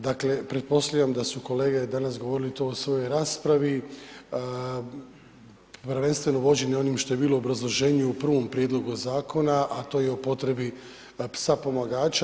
Dakle pretpostavljam da su kolege danas govorili to u svojoj raspravi prvenstveno vođeni onim što je bilo u obrazloženju u prvom prijedlogu zakona a to je o potrebi psa pomagača.